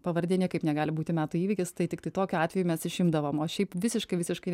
pavardė niekaip negali būti metų įvykis tai tiktai tokiu atveju mes išimdavom o šiaip visiškai visiškai